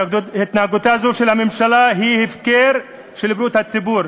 התנהגותה זו של הממשלה היא הפקרה של בריאות הציבור.